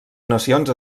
nacions